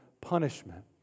punishment